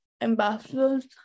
ambassadors